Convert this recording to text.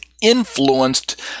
influenced